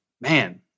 man